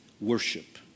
worship